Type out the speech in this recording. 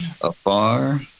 Afar